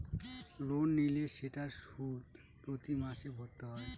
loan নিলে সেটার সুদ প্রতি মাসে ভরতে হয়